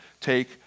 take